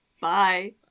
Bye